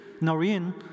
Noreen